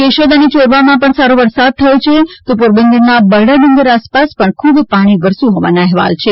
કેશોદ અને યોરવાડમાં પણ સારો વરસાદ થયો છે તો પોરબંદરના બરડા ડુંગર આસપાસ પણ ખૂબ પાણી વરસ્યું હોવાના અહેવાલ છે